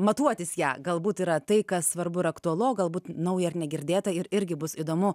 matuotis ją galbūt yra tai kas svarbu ir aktualu o galbūt nauja negirdėta ir irgi bus įdomu